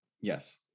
Yes